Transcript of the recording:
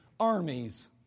Armies